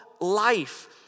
life